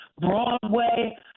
Broadway